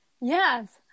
Yes